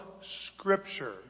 Scripture